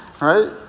Right